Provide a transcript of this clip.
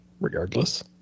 regardless